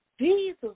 Jesus